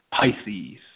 Pisces